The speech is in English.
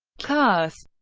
cast